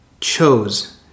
chose